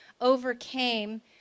overcame